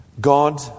God